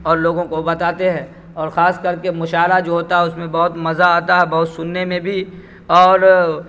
اور لوگوں کو بتاتے ہیں اور خاص کر کے مشاعرہ جو ہوتا ہے اس میں بہت مزہ آتا ہے بہت سننے میں بھی اور